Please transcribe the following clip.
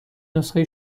نسخه